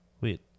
wait